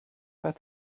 pas